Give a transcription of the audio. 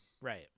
Right